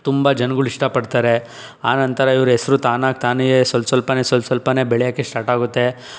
ತುಂಬ ಜನಗಳು ಇಷ್ಟಪಡ್ತಾರೆ ಆನಂತರ ಇವರ ಹೆಸರು ತಾನಾಗ್ತಾನೆ ಸ್ವಲ್ಪ ಸ್ವಲ್ಪನೇ ಸ್ವಲ್ಪ ಸ್ವಲ್ಪನೇ ಬೆಳೆಯೋಕ್ಕೆ ಸ್ಟಾರ್ಟ್ ಆಗುತ್ತೆ